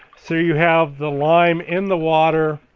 so you have the lime in the water,